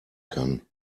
kann